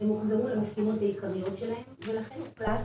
הם הוגדרו למשימות העיקריות שלהם ולכן הוחלט